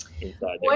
inside